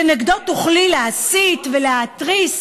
שנגדו תוכלי להסית ולהתריס,